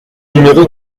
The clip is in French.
numéro